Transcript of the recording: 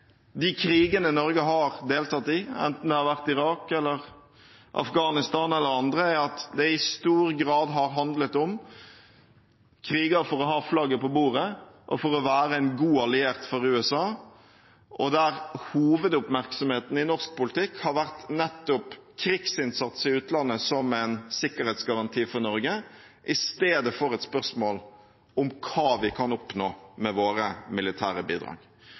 har vært i Irak, Afghanistan eller andre steder, er at det i stor grad har handlet om kriger for å ha flagget på bordet og for å være en god alliert for USA, og der hovedoppmerksomheten i norsk politikk har vært krigsinnsats i utlandet som en sikkerhetsgaranti for Norge i stedet for å være et spørsmål om hva vi kan oppnå med våre militære bidrag.